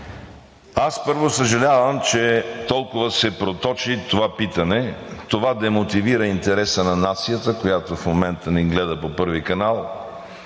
аз, първо, съжалявам, че толкова се проточи това питане. Това демотивира интереса на нацията, която в момента ни гледа по Канал